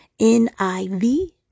niv